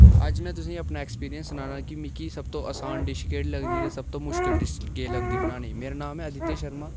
अज्ज में तुसेंगी अपना ऐक्सपीयरिंस सनान्नां कि मिकी सभनें तू असान डिश केह्ड़ी लगदी ऐ ते सभनें तू मुश्कल डिश केह्ड़ी लगदी बनाने गी मेरा नाम ऐ अदित्य शर्मा